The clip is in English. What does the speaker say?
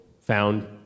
found